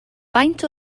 faint